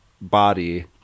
body